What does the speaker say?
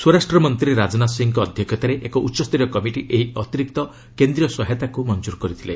ସ୍ୱରାଷ୍ଟ୍ର ମନ୍ତ୍ରୀ ରାଜନାଥ ସିଂହଙ୍କ ଅଧ୍ୟକ୍ଷତାରେ ଏକ ଉଚ୍ଚସ୍ତରୀୟ କମିଟି ଏହି ଅତିରିକ୍ତ କେନ୍ଦ୍ରୀୟ ସହାୟତାକୁ ମଞ୍ଜୁର କରିଥିଲେ